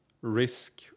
risk